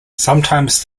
sometimes